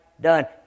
done